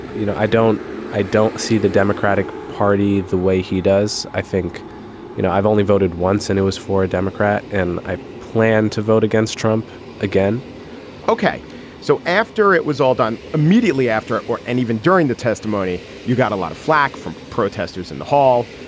you know i don't i don't see the democratic party the way he does. i think you know i've only voted once and it was for a democrat and i plan to vote against trump again ok so after it was all done immediately after or and even during the testimony you got a lot of flak from protesters in the hall.